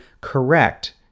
correct